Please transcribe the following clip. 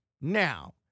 Now